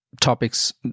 topics